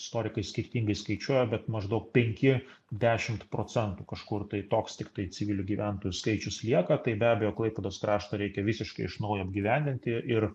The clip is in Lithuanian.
istorikai skirtingai skaičiuoja bet maždaug penki dešimt procentų kažkur tai toks tiktai civilių gyventojų skaičius lieka tai be abejo klaipėdos kraštą reikia visiškai iš naujo apgyvendinti ir